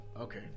okay